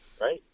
right